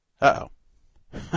Uh-oh